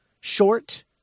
short